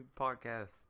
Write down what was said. podcast